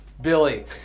Billy